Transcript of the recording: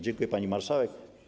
Dziękuję, pani marszałek.